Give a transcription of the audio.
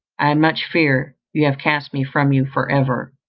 i much fear you have cast me from you for ever.